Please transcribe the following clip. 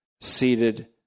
seated